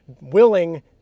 willing